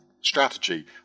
strategy